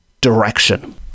direction